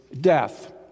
death